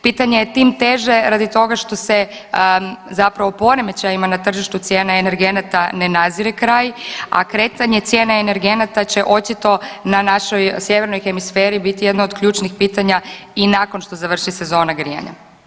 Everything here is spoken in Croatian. Pitanje je tim teže radi toga što se zapravo poremećajima na tržištu cijena energenata ne nadzire kraj, a kretanje cijene energenata će očito na našoj sjevernoj hemisferi biti jedno od ključnih pitanja i nakon što završi sezona grijanja.